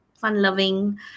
fun-loving